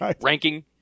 ranking